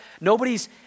Nobody's